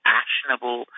actionable